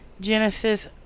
Genesis